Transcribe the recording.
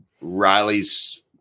Riley's